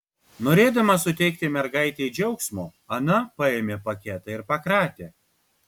norėdama suteikti mergaitei džiaugsmo ana paėmė paketą ir pakratė